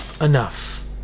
Enough